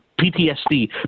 PTSD